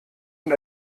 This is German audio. und